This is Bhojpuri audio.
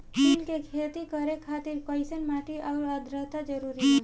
तिल के खेती करे खातिर कइसन माटी आउर आद्रता जरूरी बा?